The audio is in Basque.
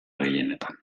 gehienetan